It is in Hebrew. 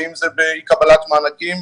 אם זה בקבלת מענקים,